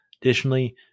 Additionally